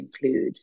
include